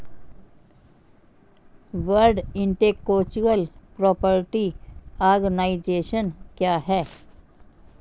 World intellectual property organisation क्या है?